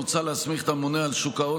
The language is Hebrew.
מוצע להסמיך את הממונה על שוק ההון